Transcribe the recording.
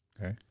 Okay